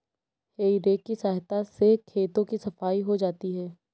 हेइ रेक की सहायता से खेतों की सफाई हो जाती है